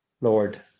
Lord